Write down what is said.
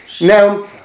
Now